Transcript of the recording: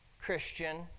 Christian